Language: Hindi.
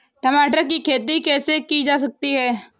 टमाटर की खेती कैसे की जा सकती है?